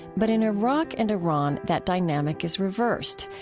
but in iraq and iran that dynamic is reversed.